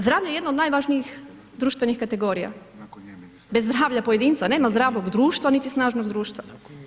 Zdravlje je jedno od najvažnijih društvenih kategorija, bez zdravlja pojedinca nema zdravog društva niti snažnog društva.